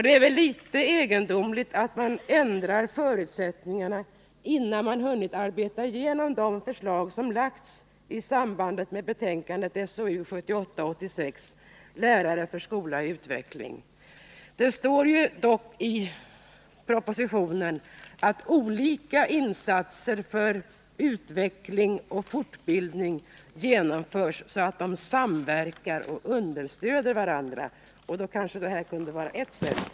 Det är litet egendomligt att man ändrar förutsättningarna innan man hunnit arbeta igenom de förslag som lagts fram i samband med betänkandet SOU 1978:86, Lärare för skola i utveckling. Det står dock i propositionen att olika insatser för utveckling och fortbildning skall genomföras så att de samverkar och understöder varandra. Detta kunde kanske vara ett sätt.